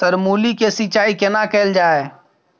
Sir मूली के सिंचाई केना कैल जाए?